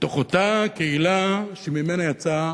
מתוך אותה קהילה שממנה יצאה